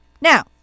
Now